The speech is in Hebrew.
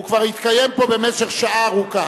הוא כבר התקיים פה במשך שעה ארוכה.